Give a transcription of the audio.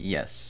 Yes